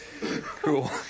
cool